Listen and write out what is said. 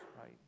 right